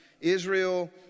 Israel